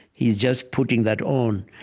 he's just putting that on.